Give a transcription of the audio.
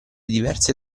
diverse